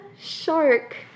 Shark